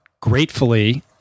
gratefully